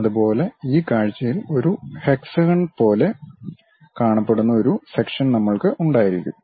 അതുപോലെ ഈ കാഴ്ചയിൽ ഒരു ഹെക്സഗൺ പോലെ കാണപ്പെടുന്ന ഒരു സെക്ഷൻ നമ്മൾക്ക് ഉണ്ടായിരിക്കും